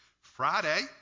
Friday